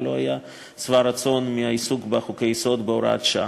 אבל לא היה שבע רצון מהעיסוק בחוקי-יסוד בהוראת שעה.